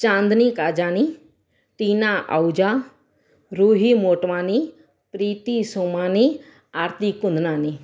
Chandni Kajani Tina Ahuja Roohi Motwani Preeti Somani Aarti Kundnani